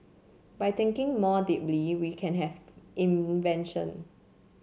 by thinking more deeply we can have invention